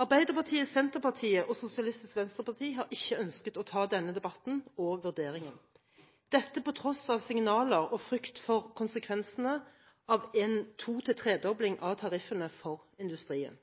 Arbeiderpartiet, Senterpartiet og Sosialistisk Venstreparti har ikke ønsket å ta denne debatten og vurderingen – dette på tross av signaler og frykt for konsekvensene av en to- til tredobling av tariffene for industrien.